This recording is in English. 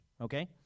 okay